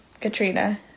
Katrina